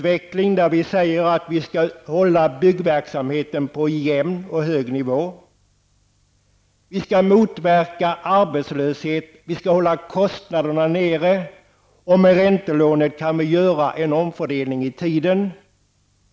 Vi skall hålla byggverksamheten på en jämn och hög nivå. Vi skall motverka arbetslöshet och hålla kostnaderna nere. Med räntelånet kan vi göra en omfördelning i tiden.